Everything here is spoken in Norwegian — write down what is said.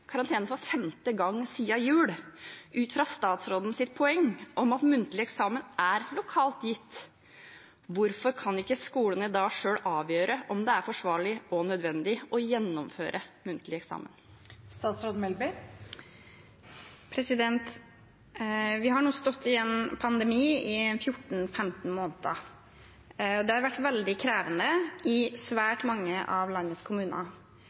karantene for femte gang siden jul. Ut fra statsrådens poeng om at muntlig eksamen er lokalt gitt, hvorfor kan ikke skolene da selv avgjøre om det er forsvarlig og nødvendig å gjennomføre muntlig eksamen? Vi har nå stått i en pandemi i 14–15 måneder, og det har vært veldig krevende i svært mange av landets kommuner.